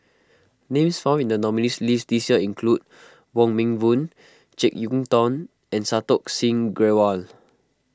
names found in the nominees' list this year include Wong Meng Voon Jek Yeun Thong and Santokh Singh Grewal